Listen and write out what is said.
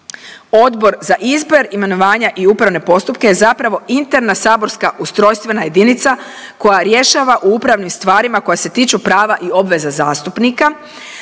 Odbor za izbor, imenovanja i upravne postupke je zapravo interna saborska ustrojstvena jedinica koja rješava u upravnim stvarima koja se tiču prava i obveze zastupnika,